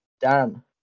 Dan